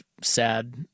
sad